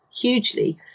hugely